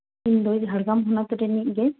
ᱤᱧ ᱫᱚ ᱡᱷᱟᱲᱜᱨᱟᱢ ᱦᱚᱱᱚᱛ ᱨᱤᱱᱤᱡ ᱜᱮ